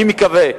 אני מקווה,